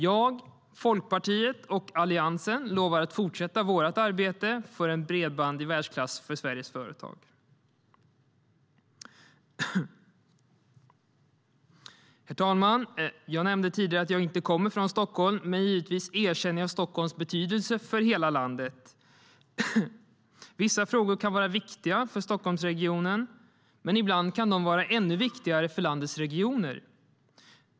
Jag, Folkpartiet och Alliansen lovar att fortsätta vårt arbete för ett bredband i världsklass för Sveriges företag. Herr talman! Jag nämnde tidigare att jag inte kommer från Stockholm, men givetvis erkänner jag Stockholms betydelse för hela landet. Vissa frågor kan vara viktiga för Stockholmsregionen, men ibland kan de vara ännu viktigare för landets regioner.